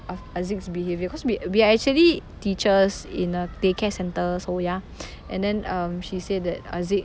of aziq's behaviour cause we we are actually teachers in a daycare centre so ya and then um she say that aziq